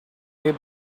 way